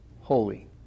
holy